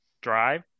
drive